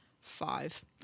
five